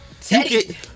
Teddy